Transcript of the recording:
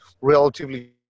relatively